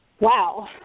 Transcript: Wow